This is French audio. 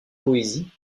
poésie